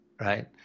right